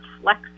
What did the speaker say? flex